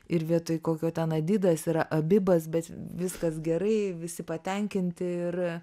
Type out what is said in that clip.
ir vietoj kokio ten adidas yra abibas bet viskas gerai visi patenkinti ir